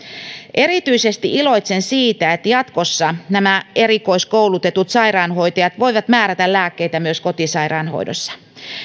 erityisesti iloitsen siitä että jatkossa nämä erikoiskoulutetut sairaanhoitajat voivat määrätä lääkkeitä myös kotisairaanhoidossa